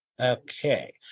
Okay